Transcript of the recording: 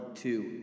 two